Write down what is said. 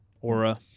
aura